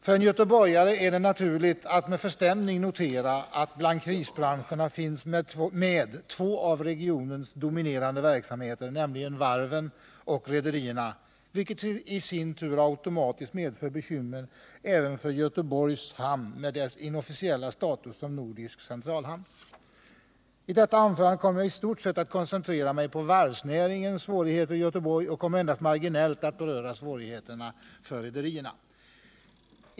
För en göteborgare är det naturligt att med förstämning notera, att bland krisbranscherna finns två av regionens dominerande verksamheter med, nämligen varven och rederierna, vilket i sin tur automatiskt medför bekymmer även för Göteborgs hamn med dess inofficiella status som nordisk centralhamn. I detta anförande kommer jag att i stort sett koncentrera mig på varvsnäringens svårigheter i Göteborg och kommer endast marginellt att beröra svårigheterna för rederierna.